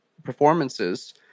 performances